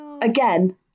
again